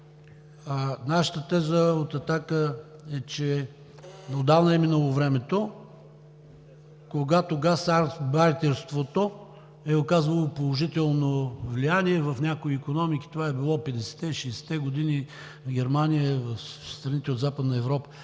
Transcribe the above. времето е изтекло), че отдавна е минало времето, когато гастарбайтерството е оказвало положително влияние в някои икономики – това е било 50-те и 60-те години в Германия, в страните от Западна Европа.